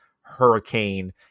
hurricane